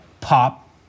pop